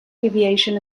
aviation